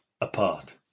apart